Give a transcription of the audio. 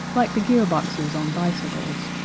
like the gear-boxes on bicycles.